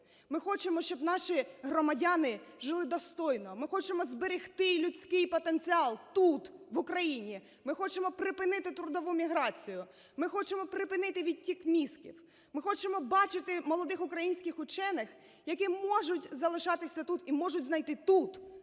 Ми хочемо, щоб наші громадяни жили достойно. Ми хочемо зберегти людський потенціал тут, в Україні. Ми хочемо припинити трудову міграцію. Ми хочемо припинити відтік мізків. Ми хочемо бачити молодих українських учених, які можуть залишатися тут і можуть знайти тут,